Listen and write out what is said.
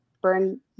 burn